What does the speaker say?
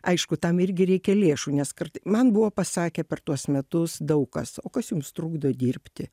aišku tam irgi reikia lėšų nes kart man buvo pasakę per tuos metus daug kas o kas jums trukdo dirbti